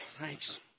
Thanks